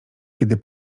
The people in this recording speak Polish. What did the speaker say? kiedy